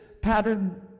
pattern